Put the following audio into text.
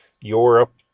Europe